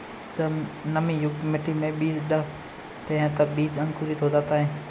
जब नमीयुक्त मिट्टी में बीज डालते हैं तब बीज अंकुरित हो जाता है